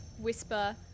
whisper